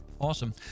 awesome